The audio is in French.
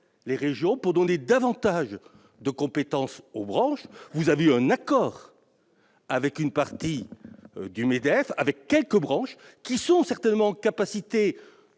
les régions pour donner davantage de compétences aux branches. Vous avez trouvé un accord avec une partie du MEDEF, avec quelques branches qui sont certainement en